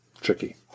tricky